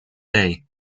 day